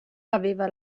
aveva